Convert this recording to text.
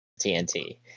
TNT